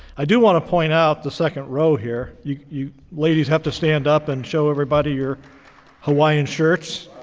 i do want to point out the second row here. you you ladies have to stand up and show everybody your hawaiian shirts.